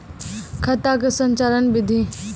खाता का संचालन बिधि?